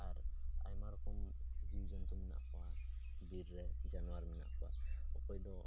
ᱟᱨ ᱟᱭᱢᱟ ᱨᱚᱠᱚᱢ ᱡᱤᱵᱽ ᱡᱚᱱᱛᱩ ᱢᱮᱱᱟᱜ ᱠᱚᱣᱟ ᱵᱤᱨ ᱨᱮ ᱡᱟᱱᱚᱣᱟᱨ ᱢᱮᱱᱟᱜ ᱠᱚᱣᱟ ᱡᱟᱱᱚᱣᱟᱨ ᱢᱮᱱᱟᱜ ᱠᱚᱣᱟ ᱚᱠᱚᱭ ᱫᱚ